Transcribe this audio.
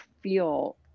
feel